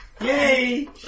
Yay